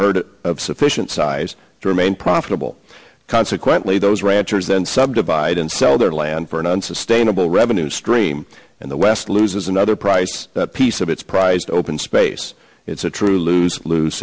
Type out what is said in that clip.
herd of sufficient size to remain profitable consequently those ranchers then subdivide and sell their land for an unsustainable revenue stream and the west loses another price piece of its prized open space it's a true lose lose